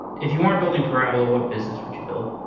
if you aren't building parabola, what business would you build?